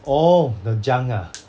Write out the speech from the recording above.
oh the junk ah